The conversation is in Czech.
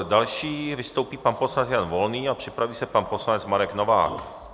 Další vystoupí pan poslanec Jan Volný a připraví se pan poslanec Marek Novák.